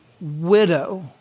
widow